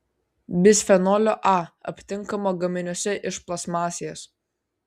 bisfenolio a aptinkama gaminiuose iš plastmasės